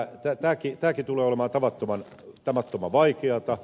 tämäkin tulee olemaan tavattoman vaikeata